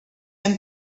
han